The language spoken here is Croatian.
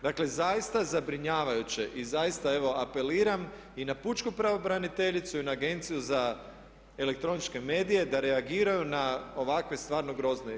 Dakle zaista zabrinjavajuće i zaista evo apeliram i na pučku pravobraniteljicu i na Agenciju za elektroničke medije da reagiraju na ovakve stvarno grozne istupe.